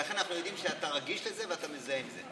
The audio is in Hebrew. ולכן אנחנו יודעים שאתה רגיש לזה ואתה מזדהה עם זה.